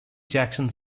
jackson